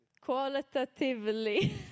qualitatively